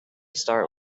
start